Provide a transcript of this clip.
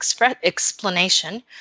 explanation